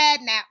now